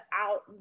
out